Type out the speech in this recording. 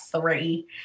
three